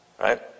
right